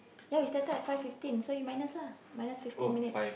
ya we started at five fifteen so you minus lah minus fifteen minutes